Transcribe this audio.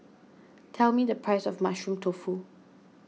tell me the price of Mushroom Tofu